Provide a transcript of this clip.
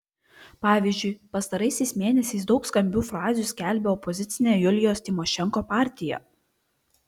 pavyzdžiui pastaraisiais mėnesiais daug skambių frazių skelbia opozicinė julijos tymošenko partija